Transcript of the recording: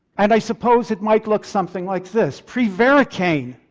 and i suppose it might looks something like this, prevaricain,